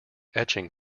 etching